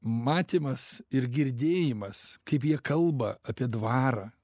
matymas ir girdėjimas kaip jie kalba apie dvarą